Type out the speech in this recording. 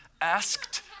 asked